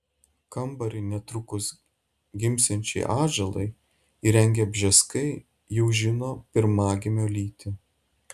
kambarį netrukus gimsiančiai atžalai įrengę bžeskai jau žino pirmagimio lytį